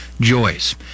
Joyce